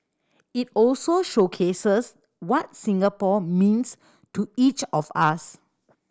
it also showcases what Singapore means to each of us